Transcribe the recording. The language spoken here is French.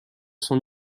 son